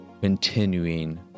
continuing